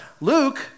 Luke